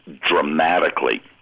dramatically